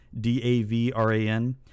D-A-V-R-A-N